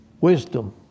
wisdom